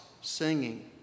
singing